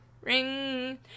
ring